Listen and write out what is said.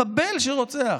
מחבל שרוצח,